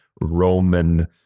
roman